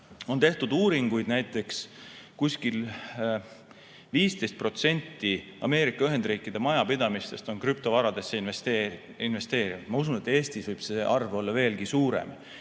on tehtud uuringuid, et näiteks umbes 15% Ameerika Ühendriikide majapidamistest on krüptovaradesse investeerinud. Ma usun, et Eestis võib see arv olla veelgi suurem.